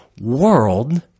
world